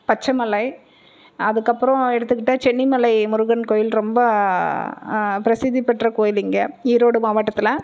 பச்சைமலை அதுக்கப்புறம் எடுத்துக்கிட்டால் சென்னிமலை முருகன் கோயில் ரொம்ப பிரசித்தி பெற்ற கோயில் இங்கே ஈரோடு மாவட்டத்தில்